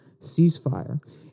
ceasefire